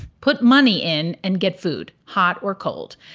put money in, and get food, hot or cold,